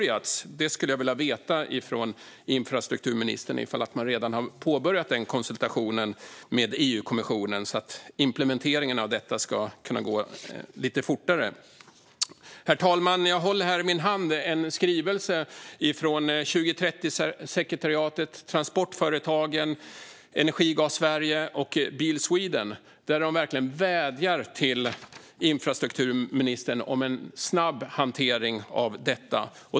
Jag skulle vilja höra från infrastrukturministern om man redan har påbörjat denna konsultation med EU-kommissionen så att implementeringen av detta kan gå lite fortare. Herr talman! Jag håller här i min hand en skrivelse från 2030-sekretariatet, Transportföretagen, Energigas Sverige och Bil Sweden där de verkligen vädjar till infrastrukturministern om en snabb hantering av detta.